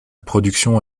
production